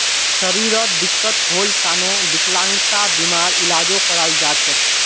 शरीरत दिक्कत होल तने विकलांगता बीमार इलाजो कराल जा छेक